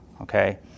Okay